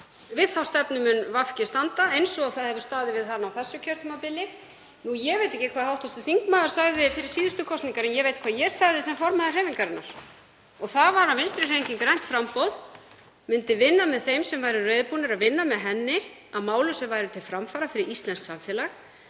Við þá stefnu mun VG standa, eins og það hefur staðið við hana á þessu kjörtímabili. Ég veit ekki hvað hv. þingmaður sagði fyrir síðustu kosningar en ég veit hvað ég sagði sem formaður hreyfingarinnar. Það var að Vinstrihreyfingin – grænt framboð myndi vinna með þeim sem væru reiðubúnir að vinna með henni að málum sem væru til framfara fyrir íslenskt samfélag.